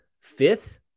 fifth